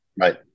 Right